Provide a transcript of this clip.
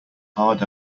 hard